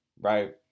right